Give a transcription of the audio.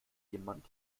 jemand